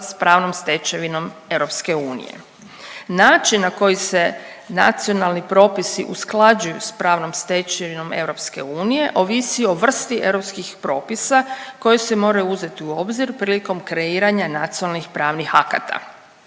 s pravnom stečevinom EU. Način na koji se nacionalni propisi usklađuju s pravnom stečevinom EU ovisi o vrsti europskih propisa koji se moraju uzeti u obzir prilikom kreiranja nacionalnih pravnih akata.